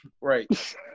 Right